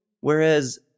whereas